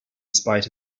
spite